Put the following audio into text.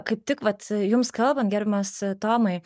kaip tik vat jums kalbant gerbiamas tomai